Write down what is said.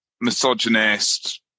misogynist